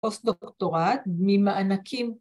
‫פוסט-דוקטורט ממענקים.